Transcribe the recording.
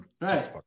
right